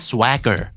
Swagger